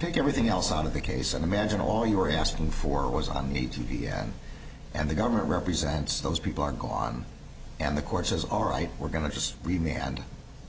take everything else out of the case and imagine all you were asking for was on need to be had and the government represents those people are gone and the court says all right we're going to just read me and